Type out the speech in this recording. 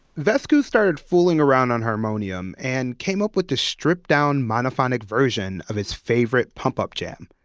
vesku started fooling around on harmonium and came up with the stripped down monophonic version of his favorite pump-up jam.